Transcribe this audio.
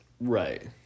Right